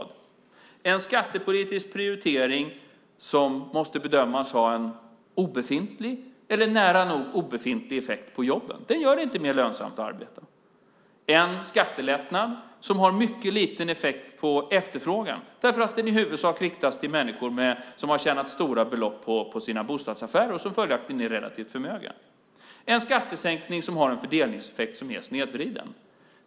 Det är en skattepolitisk prioritering som måste bedömas ha en obefintlig eller nära nog obefintlig effekt på jobben. Den gör det inte mer lönsamt att arbeta. Det är en skattelättnad som har mycket liten effekt på efterfrågan därför att den i huvudsak riktas till människor som har tjänat stora belopp på sina bostadsaffärer och som följaktligen är relativt förmögna. Det är en skattesänkning som har en fördelningseffekt som är snedvriden.